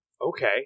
Okay